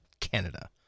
Canada